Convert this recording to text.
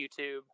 YouTube